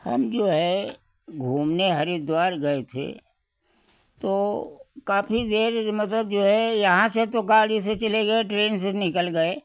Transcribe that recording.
हम जो है घूमने हरिद्वार गए थे तो काफ़ी देर ई मतलब जो है यहाँ से तो गाड़ी से चले गए ट्रेन से निकल गए